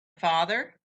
father